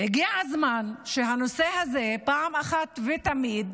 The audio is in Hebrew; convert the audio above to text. הגיע הזמן שהנושא הזה אחת ולתמיד,